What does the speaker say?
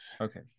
Okay